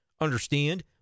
understand